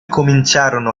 cominciarono